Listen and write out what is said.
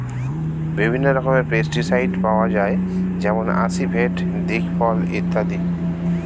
বিভিন্ন রকমের পেস্টিসাইড পাওয়া যায় যেমন আসিফেট, দিকফল ইত্যাদি